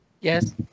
Yes